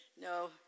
No